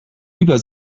über